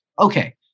okay